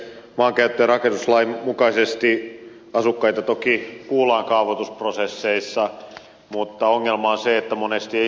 maankäyttö ja rakennuslain mukaisesti asukkaita toki kuullaan kaavoitusprosesseissa mutta ongelma on se että monesti ei kuunnella